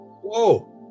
Whoa